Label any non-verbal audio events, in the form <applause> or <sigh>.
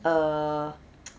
err <noise>